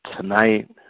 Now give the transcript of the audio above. Tonight